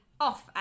off